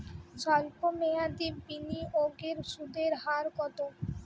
সল্প মেয়াদি বিনিয়োগের সুদের হার কত?